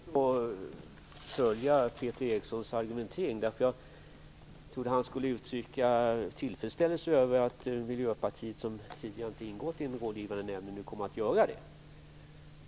Fru talman! Jag har litet svårt att följa Peter Erikssons argumentering. Jag trodde att han skulle uttrycka tillfredsställelse över att Miljöpartiet som tidigare inte ingått i den rådgivande nämnden nu kommer att göra det.